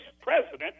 president